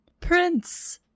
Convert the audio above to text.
prince